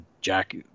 jack